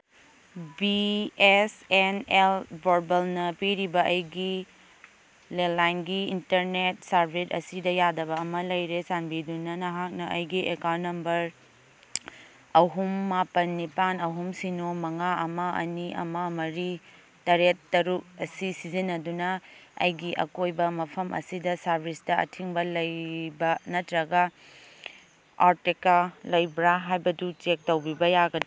B S N L ꯄꯣꯔꯕꯜꯅ ꯄꯤꯔꯤꯕ ꯑꯩꯒꯤ ꯂꯦꯂꯥꯏꯟꯒꯤ ꯏꯟꯇꯔꯅꯦꯠ ꯁꯥꯔꯚꯤꯁ ꯑꯁꯤꯗ ꯌꯥꯗꯕ ꯑꯃ ꯂꯩꯔꯦ ꯆꯥꯟꯕꯤꯗꯨꯅ ꯅꯍꯥꯛꯅ ꯑꯩꯒꯤ ꯑꯦꯀꯥꯎꯟ ꯅꯝꯕꯔ ꯑꯍꯨꯝ ꯃꯥꯄꯟ ꯅꯤꯄꯥꯟ ꯑꯍꯨꯝ ꯁꯤꯅꯣ ꯃꯉꯥ ꯑꯃ ꯑꯅꯤ ꯑꯃ ꯃꯔꯤ ꯇꯔꯦꯠ ꯇꯔꯨꯛ ꯑꯁꯤ ꯁꯤꯖꯤꯟꯅꯗꯨꯅ ꯑꯩꯒꯤ ꯑꯀꯣꯏꯕ ꯃꯐꯝ ꯑꯁꯤꯗ ꯁꯥꯔꯚꯤꯁꯇ ꯑꯊꯤꯡꯕ ꯂꯩꯕ ꯅꯠꯇ꯭ꯔꯒ ꯑꯥꯎꯇꯦꯀ ꯂꯩꯕ꯭ꯔꯥ ꯍꯥꯏꯕꯗꯨ ꯆꯦꯛ ꯇꯧꯕꯤꯕ